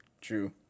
True